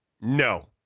no